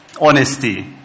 honesty